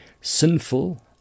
sinful